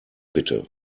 bitte